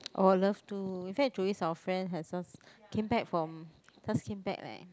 I would love to in fact Joey is our friend has some came back from just came back leh